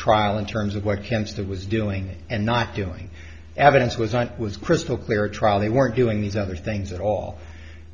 trial in terms of what camps there was doing and not doing evidence was and was crystal clear a trial they weren't doing these other things at all